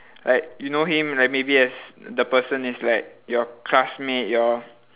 like you know him like maybe as the person is like your classmate your